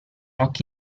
occhi